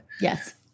Yes